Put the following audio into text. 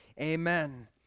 amen